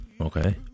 Okay